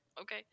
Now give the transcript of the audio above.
okay